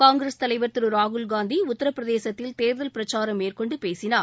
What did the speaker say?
காங்கிரஸ் தலைவர் திரு ராகுலகாந்தி உத்திரபிரதேசத்தில் தேர்தல் பிரச்சாரம மேற்கொண்டு பேசினார்